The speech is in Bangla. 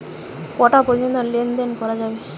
কটা পর্যন্ত লেন দেন করা যাবে?